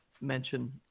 mention